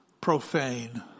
profane